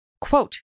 quote